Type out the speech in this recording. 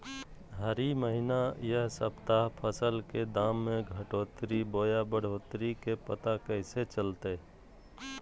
हरी महीना यह सप्ताह फसल के दाम में घटोतरी बोया बढ़ोतरी के पता कैसे चलतय?